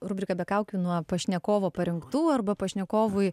rubriką be kaukių nuo pašnekovo parinktų arba pašnekovui